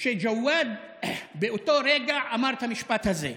שג'וואד באותו רגע אמר את המשפט הזה: